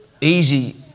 easy